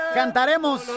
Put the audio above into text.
cantaremos